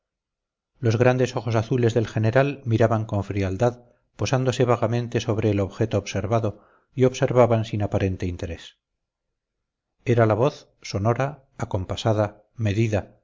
los grandes ojos azules del general miraban con frialdad posándose vagamente sobre el objeto observado y observaban sin aparente interés era la voz sonora acompasada medida